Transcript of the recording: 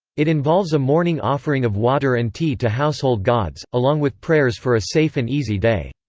it involves a morning offering of water and tea to household gods, along with prayers for a safe and easy day.